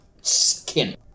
skin